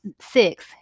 Six